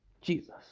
Jesus